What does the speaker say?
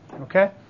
Okay